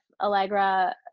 Allegra